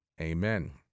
Amen